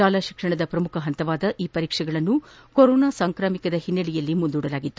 ಶಾಲಾ ಶಿಕ್ಷಣದ ಪ್ರಮುಖ ಪಂತವಾದ ಈ ಪರೀಕ್ಷೆಯನ್ನು ಕೊರೋನಾ ಸಾಂಕಾಮಿಕದ ಹಿನೈಲೆಯಲ್ಲಿ ಮುಂದೂಡಲಾಗಿತ್ತು